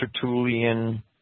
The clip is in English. Tertullian